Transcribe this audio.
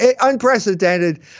unprecedented